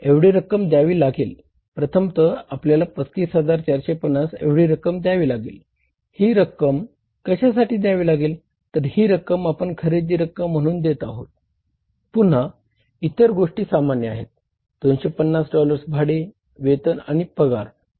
एवढी रक्कम दयावी लागेल प्रथमतः आपल्याला 35450 एवढी रक्कम दयावी लागेल ही रक्कम कशासाठी दयावी लागेल तर ही रक्कम आपण खरेदी रक्कम म्हणून देत आहोत पुन्हा इतर गोष्टी सामान्य आहेत 250 डॉलर्स भाडे वेतन आणि पगार यासाठी आहेत